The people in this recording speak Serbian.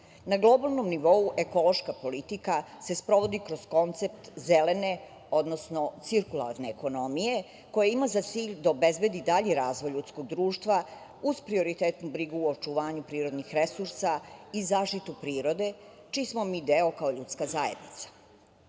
globalnom nivou, ekološka politika se sprovodi kroz koncept zelene odnosno cirkularne ekonomije, koja ima za cilj da obezbedi dalji razvoj ljudskog društva, uz prioritetnu brigu o očuvanju prirodnih resursa i zaštitu prirode, čiji smo mi deo kao ljudska zajednica. Nažalost,